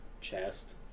chest